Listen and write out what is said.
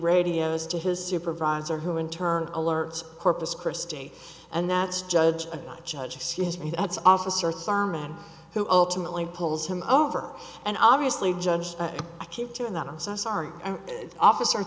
radios to his supervisor who in turn alerts corpus christi and that's judge a judge excuse me that's officer thurman who ultimately pulls him over and obviously judge but i keep hearing that i'm so sorry officer